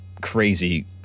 crazy